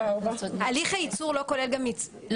הליך הייצור לא כולל חומרי גלם?